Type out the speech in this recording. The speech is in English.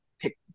Pick